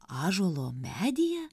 ąžuolo medyje